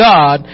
God